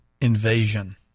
Invasion